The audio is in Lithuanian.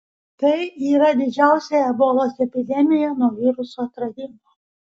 tai yra didžiausia ebolos epidemija nuo viruso atradimo